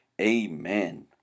Amen